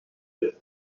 quatre